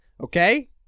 Okay